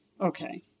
Okay